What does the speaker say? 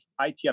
ITF